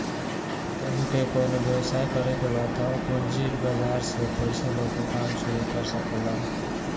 तोहके कवनो व्यवसाय करे के बा तअ पूंजी बाजार से पईसा लेके काम शुरू कर सकेलअ